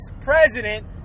president